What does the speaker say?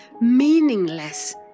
meaningless